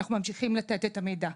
אנחנו ממשיכים לתת את המידע,